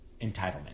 entitlement